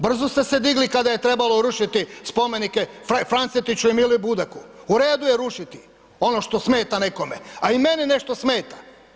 Brzo ste se digli kada je trebalo rušiti spomenike Francetiću i Mili Budaku, u redu je rušiti ono što smeta nekome, a i mene nešto smeta.